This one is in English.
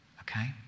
okay